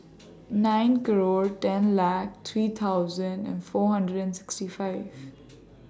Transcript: nine grow ten La three thousand and four hundred and sixty five